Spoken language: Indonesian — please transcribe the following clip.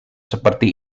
seperti